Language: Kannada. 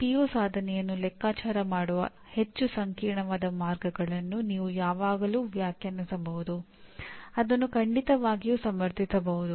ಪಿಒ ಸಾಧನೆಯನ್ನು ಲೆಕ್ಕಾಚಾರ ಮಾಡುವ ಹೆಚ್ಚು ಸಂಕೀರ್ಣವಾದ ಮಾರ್ಗಗಳನ್ನು ನೀವು ಯಾವಾಗಲೂ ವ್ಯಾಖ್ಯಾನಿಸಬಹುದು ಅದನ್ನು ಖಂಡಿತವಾಗಿಯೂ ಸಮರ್ಥಿಸಬಹುದು